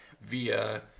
via